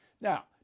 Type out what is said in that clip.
Now